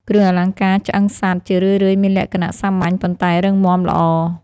គ្រឿងអលង្ការឆ្អឹងសត្វ ជារឿយៗមានលក្ខណៈសាមញ្ញ ប៉ុន្តែរឹងមាំល្អ។